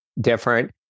different